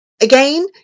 Again